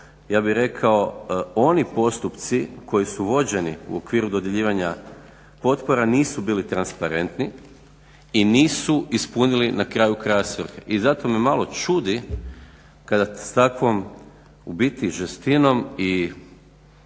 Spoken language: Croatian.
ja bih rekao, oni postupci koji su vođeni u okviru dodjeljivanja potpora nisu bili transparentni i nisu ispunili na kraju krajeva svrhe. I zato me malo čudi kada s takvom, ubiti žestinom i